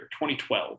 2012